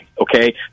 Okay